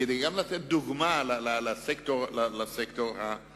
כדי לתת דוגמה לסקטור הפרטי.